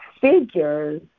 figures